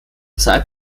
zeit